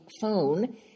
phone